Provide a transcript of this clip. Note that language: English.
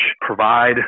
provide